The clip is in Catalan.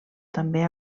també